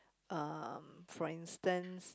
um for instance